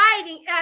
fighting